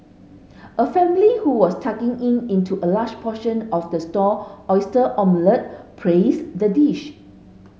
a family who was tucking in into a large portion of the stall oyster omelette praised the dish